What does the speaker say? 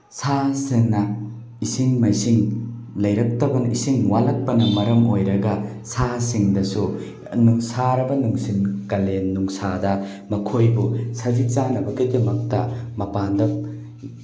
ꯁꯥ ꯁꯟꯅ ꯏꯁꯤꯡ ꯃꯥꯏꯁꯤꯡ ꯂꯩꯔꯛꯇꯕꯅ ꯏꯁꯤꯡ ꯋꯥꯠꯂꯛꯄꯅ ꯃꯔꯝ ꯑꯣꯏꯔꯒ ꯁꯥꯁꯤꯡꯗꯁꯨ ꯅꯨꯡꯁꯥꯔꯕ ꯀꯂꯦꯟ ꯅꯨꯡꯁꯥꯗ ꯃꯈꯣꯏꯕꯨ ꯁꯖꯤꯛ ꯆꯥꯅꯕꯒꯤꯗꯃꯛꯇ ꯃꯄꯥꯟꯗ